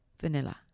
vanilla